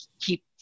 keep